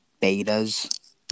betas